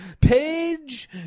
page